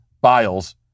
Biles